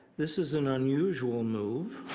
this is an unusual move,